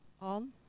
on